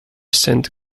sent